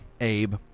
Abe